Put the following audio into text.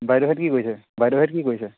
বাইদেউহেঁত কি কৰিছে বাইদেউহেঁত কি কৰিছে